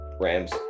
rams